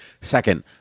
Second